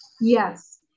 yes